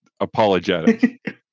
apologetic